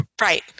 Right